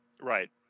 Right